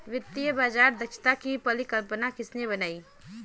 वित्तीय बाजार दक्षता की परिकल्पना किसने बनाई?